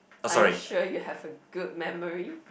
are you sure you have a good memory